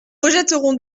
rejetterons